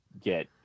get